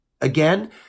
Again